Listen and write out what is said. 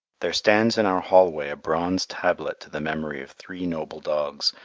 there stands in our hallway a bronze tablet to the memory of three noble dogs,